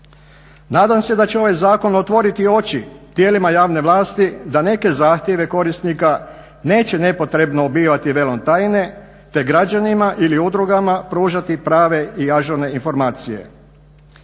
Nadam se da će ovaj zakon otvoriti oči tijelima javne vlasti da neke zahtjeve korisnika neće nepotrebno obavijati velom tajne te građanima ili udrugama pružati prave i ažurne informacije.